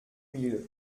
mille